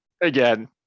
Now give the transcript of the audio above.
Again